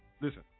listen